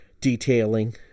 detailing